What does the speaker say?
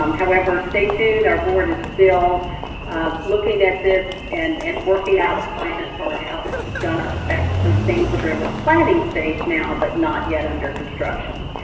um however, stay tuned. our board is still um looking at this and and working out a plan for ah how this is gonna affect those things that are in the planning stage now, but not yet under construction.